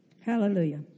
Hallelujah